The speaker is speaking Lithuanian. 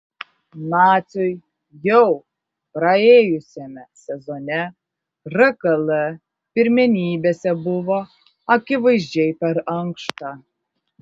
naciui jau praėjusiame sezone rkl pirmenybėse buvo akivaizdžiai per ankšta